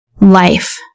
life